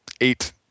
eight